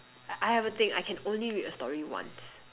I I have a thing I can only read a story once